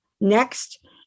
Next